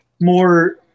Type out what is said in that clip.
more